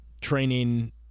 training